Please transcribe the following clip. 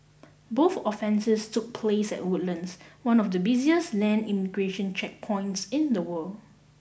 both offences took place at Woodlands one of the busiest land immigration checkpoints in the world